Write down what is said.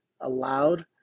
allowed